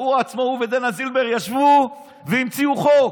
הוא עצמו ודינה זילבר ישבו והמציאו חוק.